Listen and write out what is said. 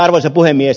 arvoisa puhemies